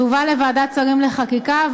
תובא לוועדת שרים לחקיקה.